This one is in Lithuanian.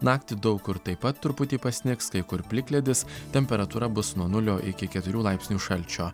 naktį daug kur taip pat truputį pasnigs kai kur plikledis temperatūra bus nuo nulio iki keturių laipsnių šalčio